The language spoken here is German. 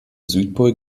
südpol